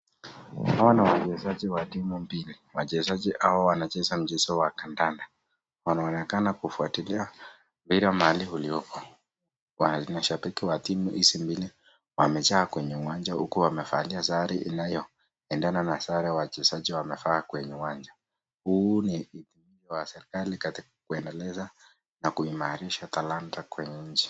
Naona wachezaji wa timu mbili. Wachezaji hawa wanacheza mchezo wa kandanda. Wanaonekana kufuatilia mpira mahali ulipo. Wanashabiki wa timu hizi mbili wamejaa kwenye uwanja huku wamevalia sare inayoendana na sare wachezaji wamefalia kwenye uwanja. Huu ni wa serikali katika kuendeleza na kuimarisha talanta kwenye nchi.